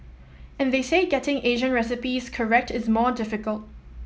and they say getting Asian recipes correct is more difficult